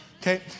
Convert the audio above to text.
Okay